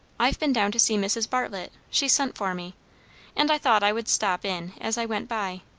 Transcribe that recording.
i've been down to see mrs. bartlett she sent for me and i thought i would stop in as i went by.